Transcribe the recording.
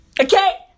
Okay